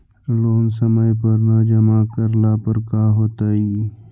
Loan समय पर न जमा करला पर का होतइ?